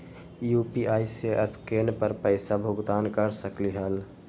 UPI से scan कर पईसा भुगतान कर सकलीहल?